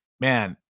man